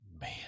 Man